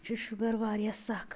یہ چھُ شُگر واریاہ سخ